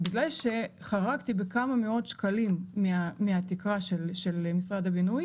בגלל שחרגתי בכמה מאות שקלים מהתקרה של משרד הבינוי